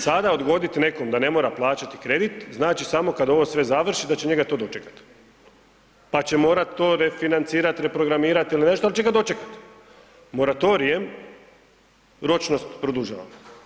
Sada odgoditi nekom da ne mora plaćati kredit znači samo kada ovo sve završi da će njega to dočekat pa će morat to refinancirat, reprogramirat ili nešto, ali će ga dočekat moratorijem ročnost produžava.